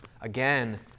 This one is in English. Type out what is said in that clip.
again